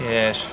Yes